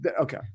Okay